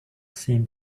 same